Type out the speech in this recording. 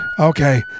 Okay